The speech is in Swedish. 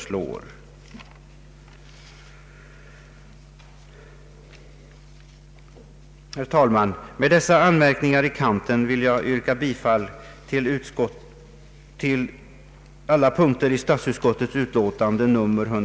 Herr talman! Med dessa anmärkningar i kanten vill jag yrka bifall till utskottets hemställan.